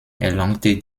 erlangte